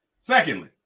Secondly